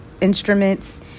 instruments